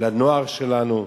לנוער שלנו.